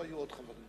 או היו עוד חברים?